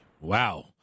Wow